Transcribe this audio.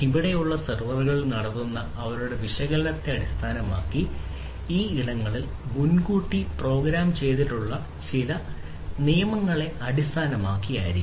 ഇവിടെയുള്ള സെർവറുകളിൽ നടത്തുന്ന അവരുടെ വിശകലനത്തെ അടിസ്ഥാനമാക്കി ആ സൈബർ ഇടങ്ങളിൽ മുൻകൂട്ടി പ്രോഗ്രാം ചെയ്തിട്ടുള്ള ചില നിയമങ്ങളെ അടിസ്ഥാനമാക്കിയായിരിക്കാം